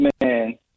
man